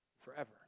forever